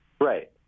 Right